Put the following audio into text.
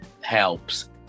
helps